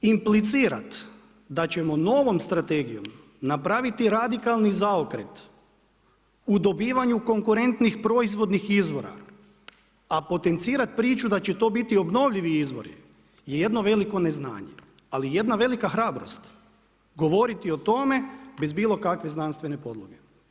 Implicirat da ćemo novom strategijom napraviti radikalni zaokret u dobivanju konkurentnih proizvodnih izvora, a potencirat priču da će to biti obnovljivi izvori je jedno veliko neznanje, ali i jedna velika hrabrost govoriti o tome bez bilo kakve znanstvene podloge.